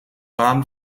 bahnen